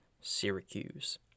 Syracuse